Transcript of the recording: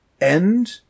end